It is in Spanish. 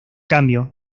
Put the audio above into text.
cambio